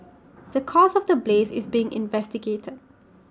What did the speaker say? the cause of the blaze is being investigated